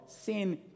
sin